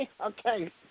Okay